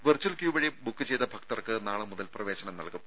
virtual queue വഴി book ചെയ്ത ഭക്തർക്ക് നാളെ മുതൽ പ്രവേശനം നൽകും